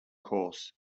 course